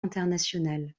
international